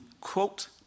quote